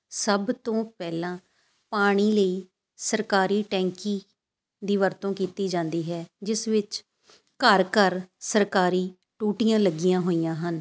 ਸਭ ਤੋਂ ਪਹਿਲਾਂ ਪਾਣੀ ਲਈ ਸਰਕਾਰੀ ਟੈਂਕੀ ਦੀ ਵਰਤੋਂ ਕੀਤੀ ਜਾਂਦੀ ਹੈ ਜਿਸ ਵਿੱਚ ਘਰ ਘਰ ਸਰਕਾਰੀ ਟੂਟੀਆਂ ਲੱਗੀਆਂ ਹੋਈਆਂ ਹਨ